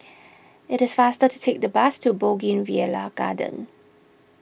it is faster to take the bus to Bougainvillea Garden